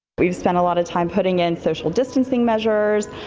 we've spent a lot of time putting in social distancing measures.